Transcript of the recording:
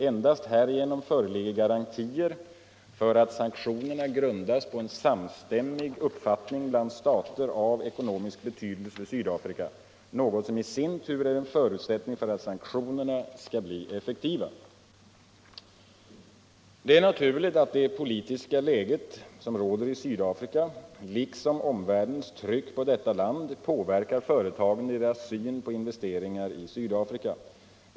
Endast härigenom föreligger garantier för att sanktionerna grundas på en sumstämmig uppfattning bland stater av ekonomisk betydelse för Sydafrika, något som i sin tur är en förutsättning för att sanktionerna skall bli effektiva. Det är naturligt att det politiska läge som råder i Sydafrika liksom omvärldens tryck på detuta land påverkar företagen i deras syn på investeringar i Svdafrika.